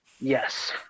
yes